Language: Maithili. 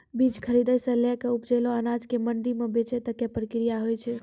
बीज खरीदै सॅ लैक उपजलो अनाज कॅ मंडी म बेचै तक के प्रक्रिया हौय छै